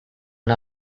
and